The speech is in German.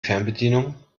fernbedienung